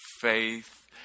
faith